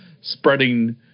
spreading